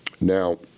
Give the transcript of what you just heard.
Now